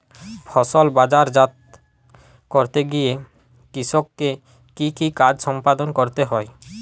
ফসল বাজারজাত করতে গিয়ে কৃষককে কি কি কাজ সম্পাদন করতে হয়?